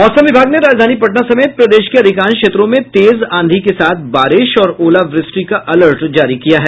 मौसम विभाग ने राजधानी पटना समेत प्रदेश के अधिकांश क्षेत्रों में तेज आंधी के साथ बारिश और ओलावृष्टि का अलर्ट जारी किया है